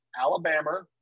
Alabama